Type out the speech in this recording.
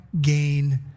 gain